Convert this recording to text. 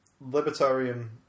libertarian